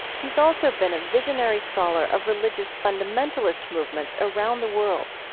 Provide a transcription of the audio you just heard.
he's also been a visionary scholar of religious fundamentalist movements around the world